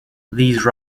these